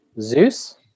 Zeus